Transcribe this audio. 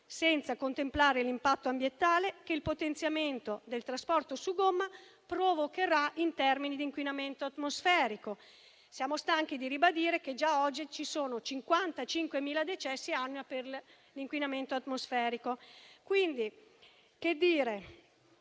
senza contemplare l'impatto ambientale che il potenziamento del trasporto su gomma provocherà in termini di inquinamento atmosferico. Siamo stanchi di ribadire che già oggi ci sono 55.000 decessi annui per l'inquinamento atmosferico.